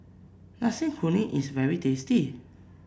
Nasi Kuning is very tasty